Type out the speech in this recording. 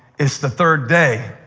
it's the third day.